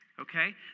Okay